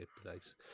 place